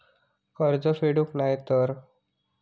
कर्ज फेडूक नाय तर?